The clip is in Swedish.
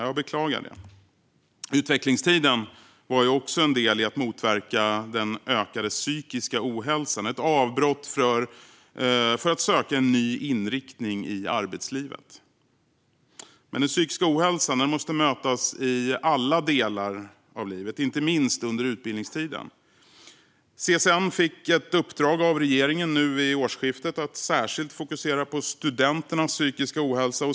Jag beklagar det. Utvecklingstiden var också en del i att motverka den ökade psykiska ohälsan, ett avbrott för att söka en ny inriktning i arbetslivet. Men den psykiska ohälsan måste mötas i alla delar av livet, inte minst under utbildningstiden. CSN fick vid årsskiftet i uppdrag av regeringen att särskilt fokusera på studenternas psykiska hälsa.